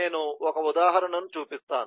నేను ఒక ఉదాహరణ చూపిస్తాను